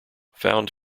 found